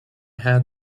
had